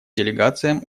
делегациям